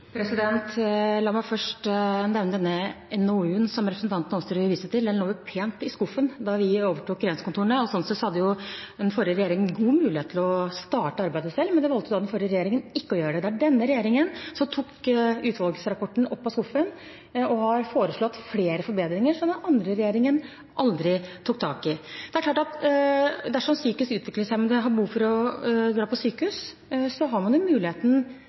La meg først nevne den NOU-en som representanten Aasrud viste til. Den lå pent i skuffen da vi overtok regjeringskontorene. Slik sett hadde den forrige regjeringen god mulighet til å starte arbeidet selv, men det valgte den forrige regjeringen ikke å gjøre. Det var denne regjeringen som tok utvalgsrapporten opp av skuffen, og som har foreslått flere forbedringer, som den andre regjeringen aldri tok tak i. Dersom psykisk utviklingshemmede har behov for å dra på sykehus, har man